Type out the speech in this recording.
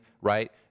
right